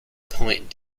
point